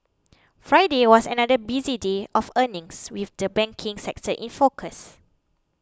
Friday was another busy day of earnings with the banking sector in focus